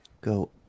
Go